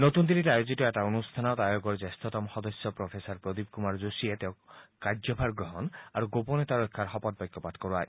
নতুন দিল্লীত আয়োজিত এটা অনুষ্ঠানত আয়োগৰ জ্যেষ্ঠতম সদস্য প্ৰফেচাৰ প্ৰদীপ কুমাৰ যোশীয়ে তেওঁক কাৰ্যভাৰ গ্ৰহণ আৰু গোপনীয়তা ৰক্ষাৰ শপত বাক্য পাঠ কৰোৱায়